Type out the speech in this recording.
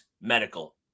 Medical